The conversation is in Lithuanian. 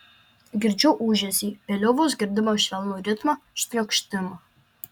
girdžiu ūžesį vėliau vos girdimą švelnų ritmą šniokštimą